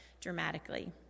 dramatically